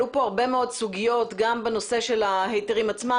עלו פה הרבה מאוד סוגיות גם בנושא ההיתרים עצמם